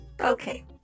okay